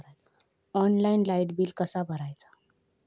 Online light bill कसा भरायचा?